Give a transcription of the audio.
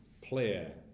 player